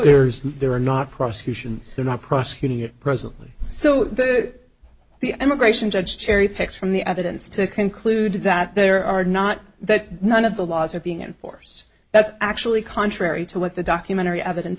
there's no there are not prosecutions they're not prosecuting it presently so the immigration judge cherry picks from the evidence to conclude that there are not that none of the laws are being enforced that's actually contrary to what the documentary evidence